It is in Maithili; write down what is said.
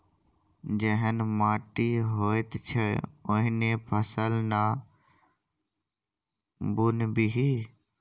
जेहन माटि होइत छै ओहने फसल ना बुनबिही